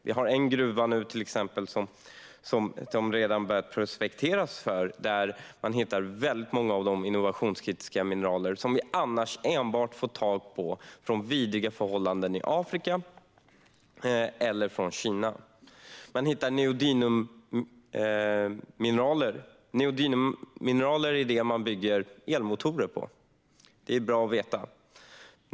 Det har redan prospekterats för en gruva där man hittar många av de innovationskritiska mineraler som vi annars enbart får tag på under vidriga förhållanden i Afrika eller från Kina. Man hittar neodymmineraler, som är det som det byggs elmotorer på, vilket kan vara bra att veta.